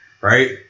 Right